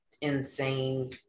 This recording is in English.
insane